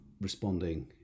responding